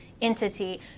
entity